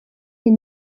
hier